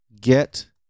get